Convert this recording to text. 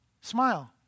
smile